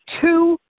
two